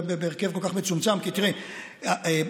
כי תראה,